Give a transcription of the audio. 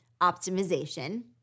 optimization